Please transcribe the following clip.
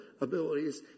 abilities